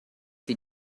sie